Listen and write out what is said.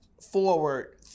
forward